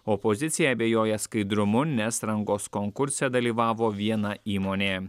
opozicija abejoja skaidrumu nes rangos konkurse dalyvavo viena įmonė